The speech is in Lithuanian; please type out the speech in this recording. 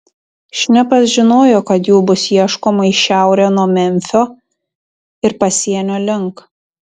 šnipas žinojo kad jų bus ieškoma į šiaurę nuo memfio ir pasienio link